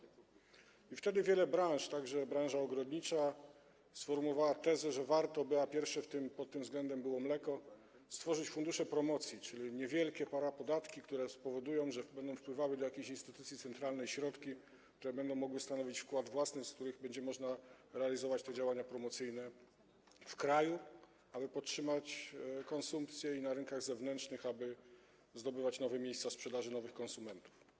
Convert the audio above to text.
I wtedy wiele branż, także branża ogrodnicza, sformułowało tezę, że warto, a pierwsza pod tym względem była branża mleczna, stworzyć fundusze promocji, czyli wprowadzić niewielkie parapodatki, które spowodują, że będą wpływały do jakiejś instytucji centralnej środki, jakie będą mogły stanowić wkład własny, z jakich będzie można realizować działania promocyjne w kraju, aby podtrzymać konsumpcję, i na rynkach zewnętrznych, aby zdobywać nowe miejsca sprzedaży, nowych konsumentów.